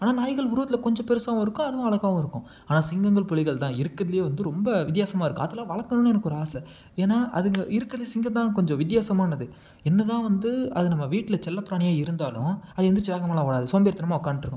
ஆனால் நாய்கள் உருவத்தில் கொஞ்சம் பெருசாகவும் இருக்கும் அதுவும் அழகாகவும் இருக்கும் ஆனால் சிங்கங்கள் புலிகள் தான் இருக்கிறதுலே வந்து ரொம்ப வித்தியாசமாக இருக்கும் அதெல்லாம் வளர்க்கணுன்னு எனக்கு ஒரு ஆசை ஏன்னால் அதுங்க இருக்கிறதுலே சிங்கம்தான் கொஞ்சம் வித்தியாசமானது என்னதான் வந்து அது நம்ம வீட்டில் செல்ல பிராணியாக இருந்தாலும் அது எழுந்திரிச்சி வேகமாகலாம் ஓடாது சோம்பேறித்தனமா உட்காந்ட்ருக்கும்